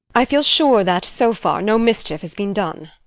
i feel sure that, so far, no mischief has been done.